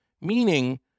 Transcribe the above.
meaning